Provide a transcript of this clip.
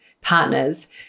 partners